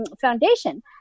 Foundation